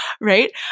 right